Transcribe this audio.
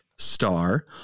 Star